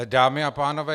Dámy a pánové.